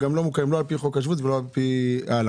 שלא מוכרים לא על פי חוק השבות ולא על פי ההלכה,